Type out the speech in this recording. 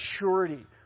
maturity